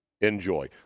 Enjoy